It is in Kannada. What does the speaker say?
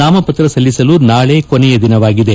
ನಾಮಪತ್ರ ಸಲ್ಲಿಸಲು ನಾಳೆ ಕೊನೆಯ ದಿನವಾಗಿದೆ